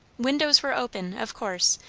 windows were open, of course,